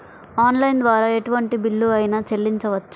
Online ద్వారా ఎటువంటి bill అయినా చెల్లించవచ్చా?